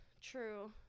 True